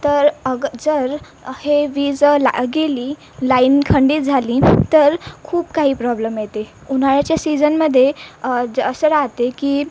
तर अग जर हे वीज ला गेली लाईन खंडित झाली तर खूप काही प्रॉब्लम येते उन्हाळ्याच्या सीजनमध्ये जर असं राहते की